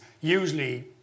usually